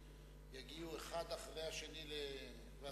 יגיעו אחד אחרי השני לוועדת הכספים.